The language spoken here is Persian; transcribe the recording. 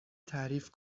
تعریف